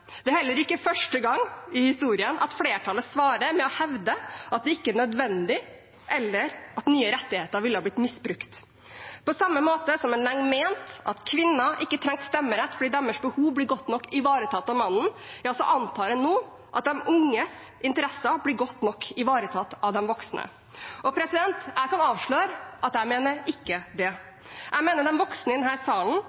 Det er heller ikke første gang i historien flertallet svarer med å hevde at det ikke er nødvendig, eller at nye rettigheter ville blitt misbrukt. På samme måte som en lenge mente at kvinner ikke trengte stemmerett fordi deres behov ble godt nok ivaretatt av mannen, antar en nå at de unges interesser blir godt nok ivaretatt av de voksne. Jeg kan avsløre at jeg ikke mener det. Jeg mener de voksne i denne salen svikter de unge i flere saker, ikke